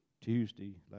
Tuesday